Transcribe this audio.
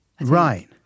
Right